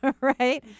right